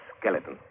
skeleton